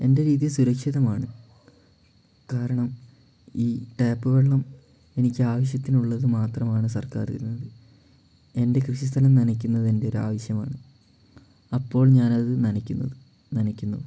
എൻ്റെ രീതി സുരക്ഷിതമാണ് കാരണം ഈ ടാപ്പ് വെള്ളം എനിക്കാവശ്യത്തിനുള്ളത് മാത്രമാണ് സർക്കാർ തരുന്നത് എൻ്റെ കൃഷിസ്ഥലം നനയ്ക്കുന്നത് എൻ്റെ ഒരാവശ്യമാണ് അപ്പോൾ ഞാനത് നനയ്ക്കുന്നത് ന്നനയ്ക്കുന്നു